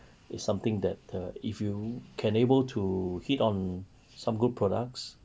is something that the if you can able to hit on some good products